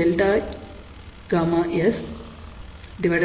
ΓL S22−Δ Γs